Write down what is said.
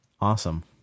Awesome